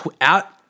out